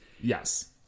Yes